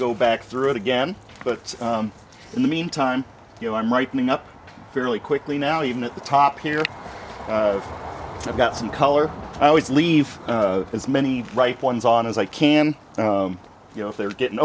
go back through it again but in the meantime you know i'm writing up fairly quickly now even at the top here i've got some color i always leave as many right ones on as i can you know if they're getting